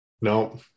no